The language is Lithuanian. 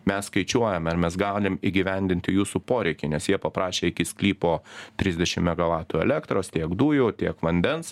mes skaičiuojame ar mes galim įgyvendinti jūsų poreikį nes jie paprašė iki sklypo trisdešim megavatų elektros tiek dujų tiek vandens